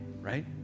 right